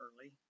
early